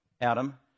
Adam